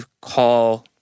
call